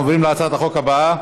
אנחנו עוברים להצעת החוק הבאה: